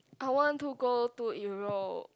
I want to go to Europe